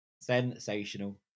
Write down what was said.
Sensational